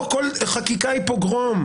לא כל חקיקה היא פוגרום,